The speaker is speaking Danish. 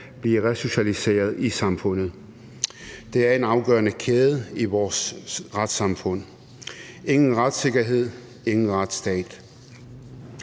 blive resocialiseret i samfundet. Det er en afgørende kæde i vores retssamfund. Ingen retssikkerhed, ingen retsstat.